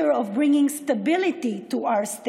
ואנו בטוחים שהקשרים יעודדו תיירות בשני הכיוונים.